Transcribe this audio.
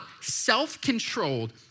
self-controlled